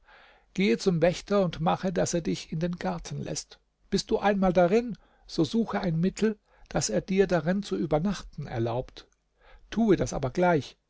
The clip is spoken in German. gehe zum wächter und mache daß er dich in den garten läßt bist du einmal darin so suche ein mittel daß er dir darin zu übernachten erlaubt tue das aber gleich